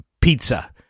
pizza